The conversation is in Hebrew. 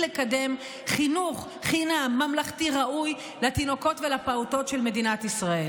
לקדם חינוך חינם ממלכתי ראוי לתינוקות ולפעוטות של מדינת ישראל.